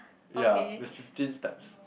ya there's fifteen steps